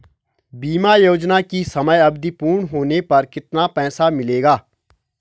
बीमा योजना की समयावधि पूर्ण होने पर कितना पैसा मिलेगा?